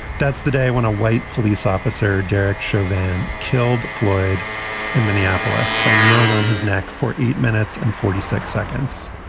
that's the day when a white police officer, derek chauvin, killed floyd in minneapolis by kneeling on his neck for eight minutes and forty six seconds.